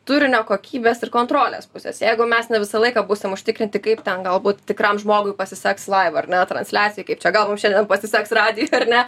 turinio kokybės ir kontrolės pusės jeigu mes ne visą laiką būsim užtikrinti kaip ten galbūt tikram žmogui pasiseks live ar ne transliacija kaip čia gal mum šiandien pasiseks radijuj ar ne